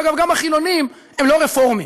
אגב, גם החילונים הם לא רפורמים,